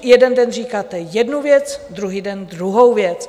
Jeden den říkáte jednu věc, druhý den druhou věc.